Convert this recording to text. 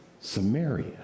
Samaria